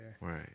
right